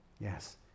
Yes